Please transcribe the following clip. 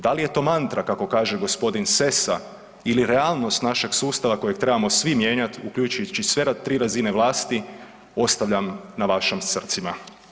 Da li je to mantra kako kaže gospodin Sessa ili realnost našeg sustava kojeg trebamo svi mijenjati uključujući sve tri razine vlasti ostavljam na vašim srcima.